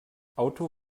auto